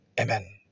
Amen